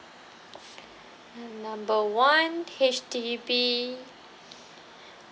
number one H_D_B